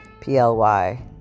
P-L-Y